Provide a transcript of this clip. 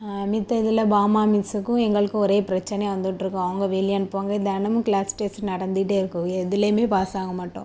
மத்த இதில் பாமா மிஸ்ஸுக்கும் எங்களுக்கும் ஒரே பிரச்சனையாக வந்துட்டிருக்கும் அவங்க வெளியே அனுப்புவாங்க தினமும் க்ளாஸ் டெஸ்ட் நடந்துகிட்டே இருக்கும் எதுலேயுமே பாஸ் ஆக மாட்டோம்